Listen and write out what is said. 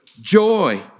Joy